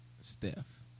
Steph